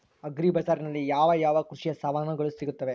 Agri ಬಜಾರಿನಲ್ಲಿ ಯಾವ ಯಾವ ಕೃಷಿಯ ಸಾಮಾನುಗಳು ಸಿಗುತ್ತವೆ?